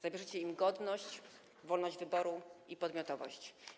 Zabierzecie im godność, wolność wyboru i podmiotowość.